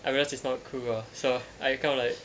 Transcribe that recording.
I realised it's not cool ah so I kind of like